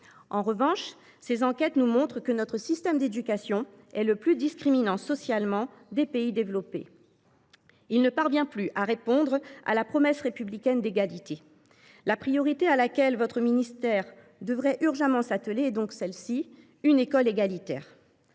En revanche, ces enquêtes montrent que notre système d’éducation est le plus discriminant socialement des pays développés. Il ne parvient plus à répondre à la promesse républicaine d’égalité. La priorité à laquelle votre ministère devrait urgemment s’atteler est donc bien de mettre en œuvre une école égalitaire.